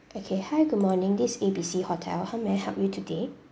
okay hi good morning this A B C hotel how may help you today